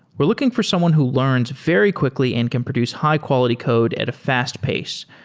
we're looking for someone who learns very quickly and can produce high-quality code at a fast pace.